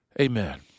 Amen